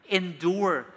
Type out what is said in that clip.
endure